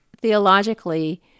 theologically